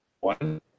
one